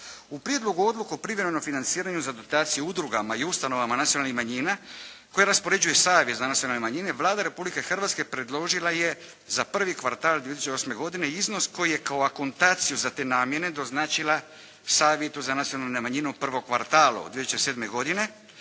U prijedlogu odluke o privremenom financiranju za dotacije udrugama i ustanovama nacionalnih manjina koje raspoređuje savjet za nacionalne manjine, Vlada Republike Hrvatske predložila je za prvi kvartal 2008. godine iznos koji je kao akontaciju za te namjene doznačila savjetu za nacionalne manjine u prvom kvartalu 2007. godine